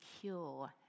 cure